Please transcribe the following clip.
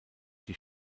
die